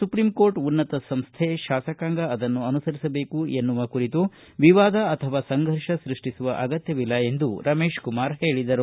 supreme court ಉನ್ನತ ಸಂಸ್ಥೆ ಶಾಸಕಾಂಗ ಅದನ್ನು ಅನುಸರಿಸಬೇಕು ಎನ್ನುವ ಕುರಿತು ವಿವಾದ ಅಥವಾ ಸಂಘರ್ಷ ಸೃಷ್ಟಿಸುವ ಅಗತ್ಯವಿಲ್ಲ ಎಂದು ರಮೇಶಕುಮಾರ ಹೇಳಿದರು